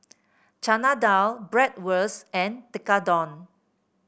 Chana Dal Bratwurst and Tekkadon